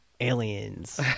aliens